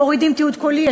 מורידים תיעוד קולי,